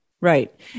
right